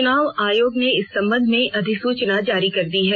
चुनाव आयोग ने इस सम्बन्ध में अधिसूचना जारी कर दी है